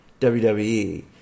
WWE